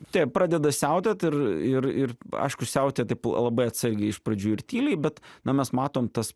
taip pradeda siautėt ir ir ir aišku siautėti labai atsargiai iš pradžių ir tyliai bet na mes matom tas